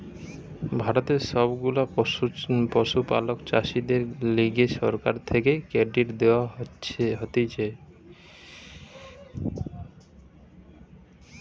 ভারতের সব গুলা পশুপালক চাষীদের লিগে সরকার থেকে ক্রেডিট দেওয়া হতিছে